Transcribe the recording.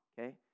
Okay